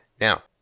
Now